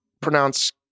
pronounce